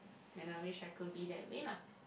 and I wish I could be that way lah